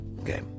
Okay